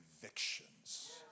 convictions